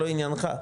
לא עניינך,